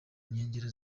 nkengero